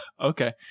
Okay